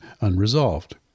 unresolved